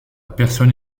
personne